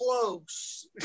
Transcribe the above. close